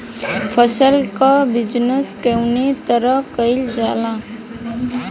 फसल क बिजनेस कउने तरह कईल जाला?